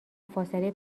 فاصله